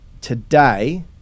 today